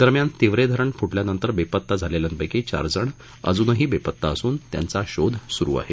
दरम्यान तिवरे धरण फुटल्यानंतर बेपत्ता झालेल्यांपैकी चार जण अजूनही बेपत्ता असून त्यांचा शोध सुरू आहे